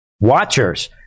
watchers